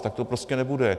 Tak to prostě nebude.